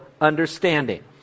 understanding